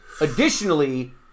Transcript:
Additionally